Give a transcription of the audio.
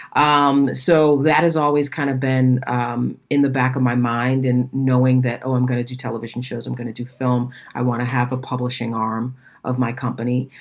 um so that is always kind of been um in the back of my mind and knowing that, oh, i'm going to do television shows. i'm gonna do film. i want to have a publishing arm of my company.